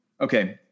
Okay